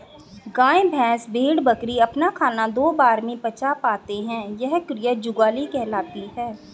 गाय, भैंस, भेड़, बकरी अपना खाना दो बार में पचा पाते हैं यह क्रिया जुगाली कहलाती है